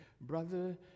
brother